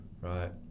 right